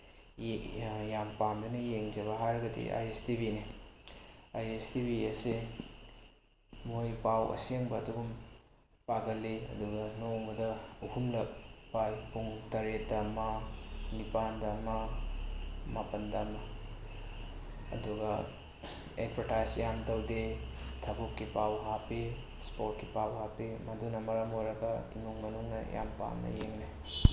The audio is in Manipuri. ꯌꯥꯝ ꯄꯥꯝꯖꯅ ꯌꯦꯡꯖꯕ ꯍꯥꯏꯔꯒꯗꯤ ꯑꯥꯏ ꯌꯦꯁ ꯇꯤ ꯚꯤꯅꯤ ꯑꯥꯏ ꯌꯦꯁ ꯇꯤ ꯚꯤ ꯑꯁꯤ ꯃꯣꯏ ꯄꯥꯎ ꯑꯁꯦꯡꯕ ꯑꯗꯨꯒꯨꯝ ꯄꯥꯒꯜꯂꯤ ꯑꯗꯨꯒ ꯅꯣꯡꯃꯗ ꯑꯍꯨꯝꯂꯛ ꯄꯥꯏ ꯄꯨꯡ ꯇꯔꯦꯠꯇ ꯑꯃ ꯅꯤꯄꯥꯜꯗ ꯑꯃ ꯃꯥꯄꯟꯗ ꯑꯃ ꯑꯗꯨꯒ ꯑꯦꯠꯚꯔꯇꯥꯏꯁ ꯌꯥꯝ ꯇꯧꯗꯦ ꯊꯕꯛꯀꯤ ꯄꯥꯎ ꯍꯥꯞꯄꯤ ꯏꯁꯄꯣꯔꯠꯀꯤ ꯄꯥꯎ ꯍꯥꯞꯄꯤ ꯃꯗꯨꯅ ꯃꯔꯝ ꯑꯣꯏꯔꯒ ꯏꯃꯨꯡ ꯃꯅꯨꯡꯅ ꯌꯥꯝ ꯄꯥꯝꯅ ꯌꯦꯡꯅꯩ